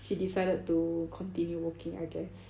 she decided to continue working I guess